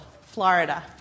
Florida